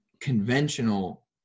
conventional